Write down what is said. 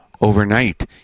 overnight